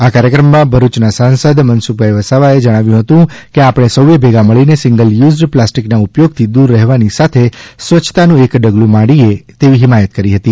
આ કાર્યક્રમમાં ભરૂચના સાંસદ શ્રી મનસુખ વસાવાએ જણાવ્યું હતું કે આપણે સૌએ ભેગા મળીને સિંગલ યુઝડ પ્લાસ્ટિકના ઉપયોગથી દૂર રહેવાની સાથે સ્વચ્છતાનું એક ડગલું માંડીએ તેવી હિમાયત કરી હતી